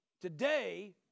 today